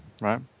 right